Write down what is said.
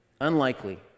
Unlikely